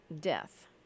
death